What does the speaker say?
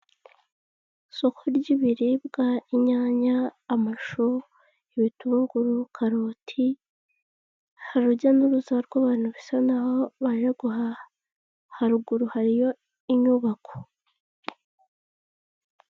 Soko ry'ibiribwa, inyanya, amashu, ibitunguru, karoti, hari urujya n'uruza rw'abantu bisa n'aho baje guhaha, haruguru hariyo inyubako.